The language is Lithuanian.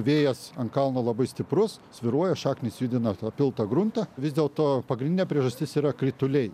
vėjas ant kalno labai stiprus svyruoja šaknys judina supiltą gruntą vis dėlto pagrindinė priežastis yra krituliai